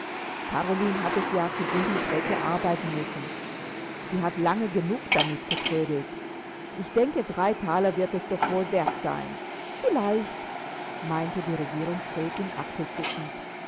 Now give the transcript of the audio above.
karoline hat es ja zu diesem zwecke arbeiten müssen sie hat lange genug damit getrödelt ich denke drei thaler wird es doch wohl wert sein vielleicht meinte die regierungsrätin achselzuckend